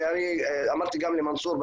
ואני אמרתי גם למנסור,